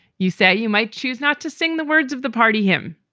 you said you might choose not to sing the words of the party him.